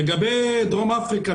לגבי דרום אפריקה.